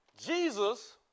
Jesus